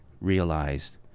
realized